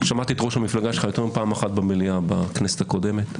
שמעתי את ראש המפלגה שלך יותר מפעם אחת במליאה בכנסת הקודמת,